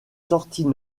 sorties